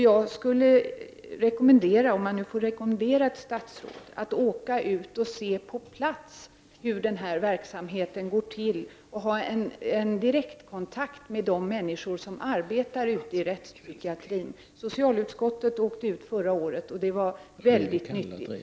Jag skulle rekommendera statsrådet om man nu får rekommendera ett statsråd något, att åka ut och se på plats hur den här verksamheten går till och få en direktkontakt med de människor som arbetar inom rättspsykiatrin. Socialutskottet gjorde detta förra året, och det var mycket nyttigt.